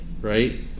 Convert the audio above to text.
right